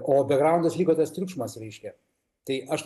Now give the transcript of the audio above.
kobe bekgraundas liko tas triukšmas reiškia tai aš